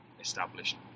established